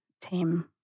team